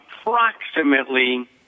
approximately